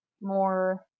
more